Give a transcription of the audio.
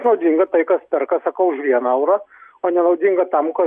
naudinga tai kas perka sakau už vieną eurą o nenaudinga tam ko